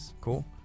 cool